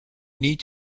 need